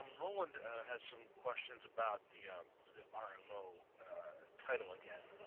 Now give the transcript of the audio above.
and roland has some questions about the um the ah r-mo title again